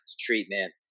treatment